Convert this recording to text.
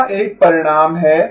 यहाँ एक परिणाम है